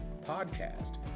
podcast